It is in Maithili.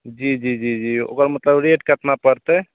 जी जी जी जी ओकर मतलब रेट केतना पड़तय